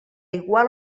igual